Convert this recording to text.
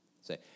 Say